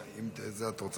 אם את רוצה,